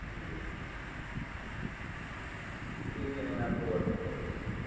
जी ठीक है मैं आपको व्हाट्सएप कर देता हूँ